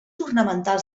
ornamentals